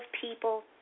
people